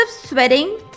sweating